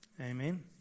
Amen